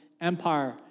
Empire